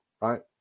Right